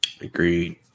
Agreed